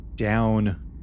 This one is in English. Down